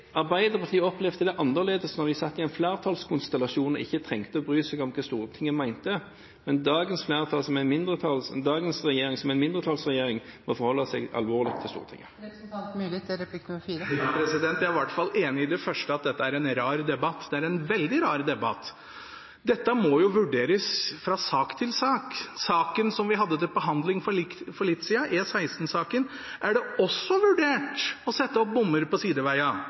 Arbeiderpartiet opplevde det annerledes da de satt i en flertallskonstellasjon og ikke tenkte å bry seg om hva Stortinget mente. Men dagens regjering, som er en mindretallsregjering, må forholde seg alvorlig til Stortinget. Jeg er i hvert fall enig i det første, at dette er en rar debatt – det er en veldig rar debatt. Dette må jo vurderes fra sak til sak. I saken som vi hadde til behandling for litt siden, E16-saken, er det også vurdert å sette opp bommer på